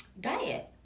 Diet